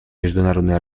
международные